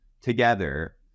together